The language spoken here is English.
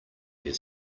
their